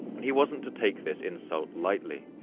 and he wasn't to take this insult lightly.